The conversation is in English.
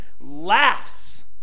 laughs